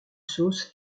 sauce